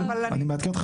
אני מעדכן אותך,